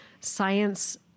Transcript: science